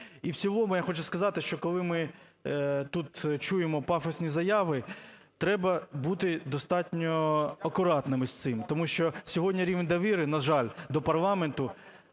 І в цілому я хочу сказати, що коли ми тут чує пафосні заяви – треба бути достатньо акуратними з цим, тому що сьогодні рівень довіри, на жаль, до парламенту